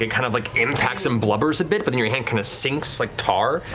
and kind of like impacts and blubbers a bit, but then your hand kind of sinks like tar,